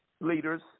leaders